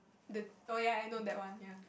the oh ya I know that one ya